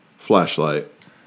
Flashlight